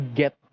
get